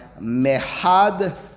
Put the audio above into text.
mehad